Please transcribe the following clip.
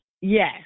yes